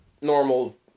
normal